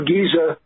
Giza